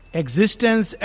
existence